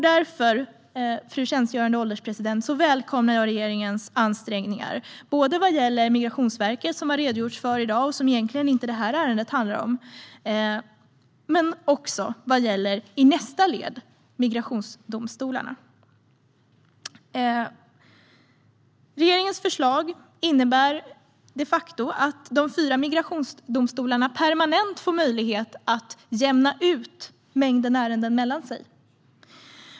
Därför, fru ålderspresident, välkomnar jag regeringens ansträngningar. Det gäller Migrationsverket - som det har redogjorts för i dag och som det här ärendet egentligen inte handlar om - och nästa led, migrationsdomstolarna. Regeringens förslag innebär de facto att de fyra migrationsdomstolarna permanent får möjlighet att jämna ut mängden ärenden mellan sig.